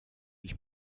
ich